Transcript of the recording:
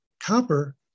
copper